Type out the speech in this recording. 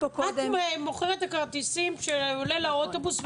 את מוכרת את הכרטיסים שהוא עולה לאוטובוס,